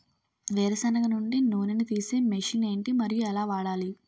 వేరు సెనగ నుండి నూనె నీ తీసే మెషిన్ ఏంటి? మరియు ఎలా వాడాలి?